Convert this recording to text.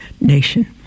nation